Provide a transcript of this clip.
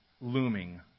looming